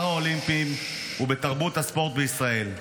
בספורט הפראלימפי ובתרבות הספורט בישראל.